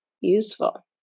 useful